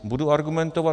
Budu argumentovat...